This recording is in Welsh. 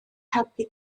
helpu